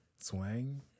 Swang